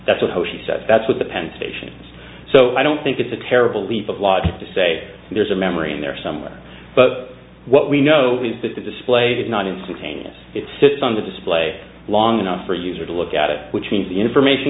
that's what hoshi's that's what the penn station is so i don't think it's a terrible leap of logic to say there's a memory in there somewhere but what we know is that the display did not instantaneous it sits on the display long enough for user to look at it which means the information